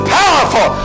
powerful